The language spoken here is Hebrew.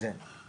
כל הזמן.